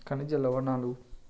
ఖనిజ లవణాలు